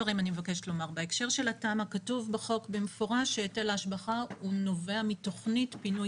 כתוב בחוק במפורש שהיטל ההשבחה נובע מתכנית פינוי